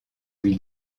lui